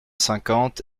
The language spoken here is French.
cinquante